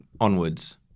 Onwards